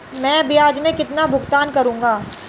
मैं ब्याज में कितना भुगतान करूंगा?